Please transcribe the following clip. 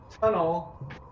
tunnel